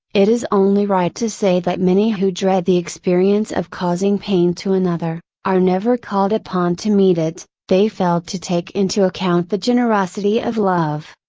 it is only right to say that many who dread the experience of causing pain to another, are never called upon to meet it, they failed to take into account the generosity of love.